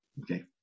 Okay